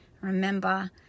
Remember